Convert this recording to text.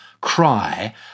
cry